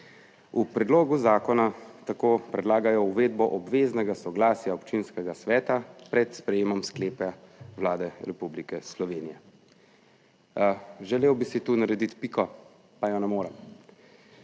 V predlogu zakona tako predlagajo uvedbo obveznega soglasja občinskega sveta pred sprejemom sklepa Vlade Republike Slovenije. Želel bi si tu narediti piko, pa je ne morem.